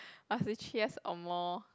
must be three years or more